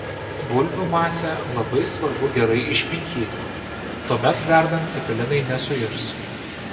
bulvių masę labai svarbu gerai išminkyti tuomet verdant cepelinai nesuirs